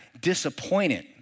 disappointed